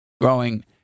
growing